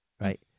Right